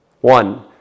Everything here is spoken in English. One